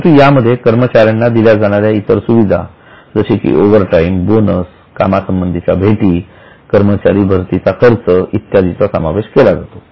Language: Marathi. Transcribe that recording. परंतु यामध्ये कर्मचाऱ्यांना दिल्या जाणाऱ्या इतर सुविधा जसे कि ओव्हरटाईम बोनस कामासंबंधीच्या भेटी कर्मचारी भरतीचा खर्च इत्यादीं चा समावेश केला जातो